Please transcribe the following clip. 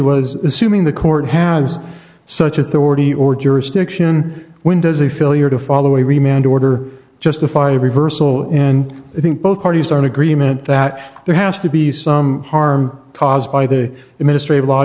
was assuming the court has such authority or jurisdiction when does a failure to follow a remained order justify a reversal and i think both parties are in agreement that there has to be some harm caused by the administration law